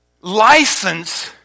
License